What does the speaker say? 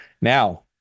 Now